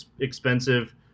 expensive